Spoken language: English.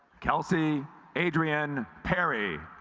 kelsey adrian perry